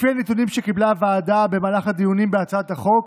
לפי הנתונים שקיבלה הוועדה במהלך הדיונים בהצעת החוק